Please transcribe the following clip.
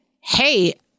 hey